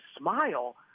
smile